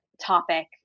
topic